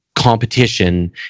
Competition